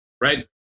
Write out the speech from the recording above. right